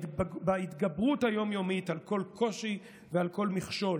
בהתגברות היום-יומית על כל קושי ועל כל מכשול,